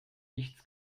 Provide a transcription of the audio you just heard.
nichts